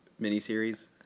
miniseries